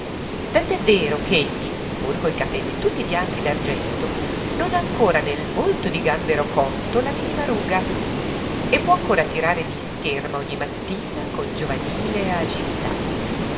tanto vero ch'egli pur coi capelli tutti bianchi d'argento non ha ancora nel volto di gambero cotto la minima ruga e può ancora tirare di scherma ogni mattina con giovanile agilità